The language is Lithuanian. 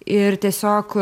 ir tiesiog